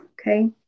Okay